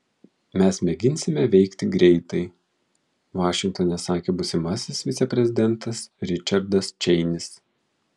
mes mėginsime veikti greitai vašingtone sakė būsimasis viceprezidentas ričardas čeinis